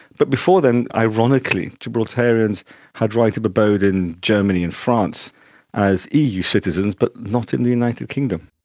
but before then, ironically, gibraltarians had right of abode in germany and france as eu citizens, but not in the united kingdom.